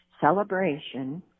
celebration